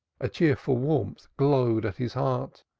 a cheerful warmth glowed at his heart,